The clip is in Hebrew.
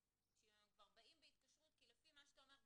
שאם הם כבר באים בהתקשרות כי לפי מה שאתה אומר,